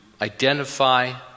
identify